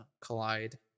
collide